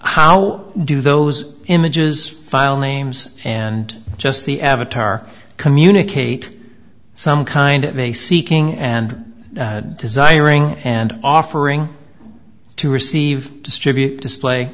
how do those images file names and just the avatar communicate some kind of a seeking and desiring and offering to receive distribute display